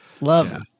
Love